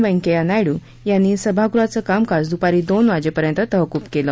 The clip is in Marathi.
वैंकय्या नायड् यांनी सभागृहाचं कामकाज दुपारी दोन वाजेपर्यंत तहकूब केलं